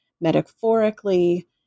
metaphorically